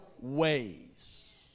ways